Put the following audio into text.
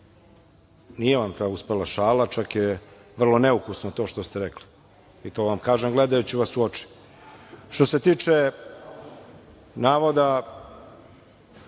Nije vam uspela ta šala, čak je vrlo neukusno to što ste rekli, i to vam kažem gledajući vas u oči. Što se tiče kritičkih